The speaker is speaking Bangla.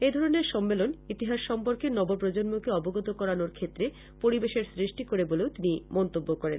এধরণের সম্মেলন ইতিহাস সম্পর্কে নবপ্রজন্মকে অবগত করানোর ক্ষেত্রে পরিবেশের সৃষ্টি করে বলেও তিনি মন্তব্য করেন